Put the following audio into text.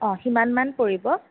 অঁ সিমান মান পৰিব